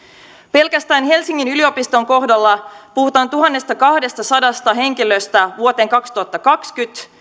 pelkästään helsingin yliopiston kohdalla puhutaan tuhannestakahdestasadasta henkilöstä vuoteen kaksituhattakaksikymmentä